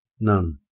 None